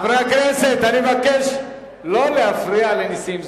חברי הכנסת, אני מבקש לא להפריע לנסים זאב.